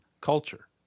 culture